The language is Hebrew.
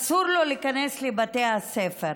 אסור לו להיכנס לבתי הספר?